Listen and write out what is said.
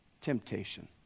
temptation